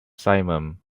simum